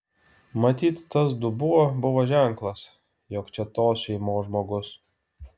matyt tas dubuo buvo ženklas jog čia tos šeimos žmogus